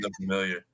familiar